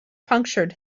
punctured